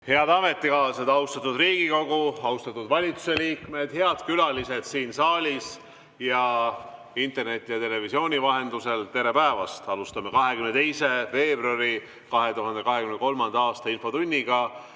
Head ametikaaslased, austatud Riigikogu! Austatud valitsuse liikmed! Head külalised siin saalis ning interneti ja televisiooni vahendusel [jälgijad]! Tere päevast! Alustame 22. veebruari 2023. aasta infotundi.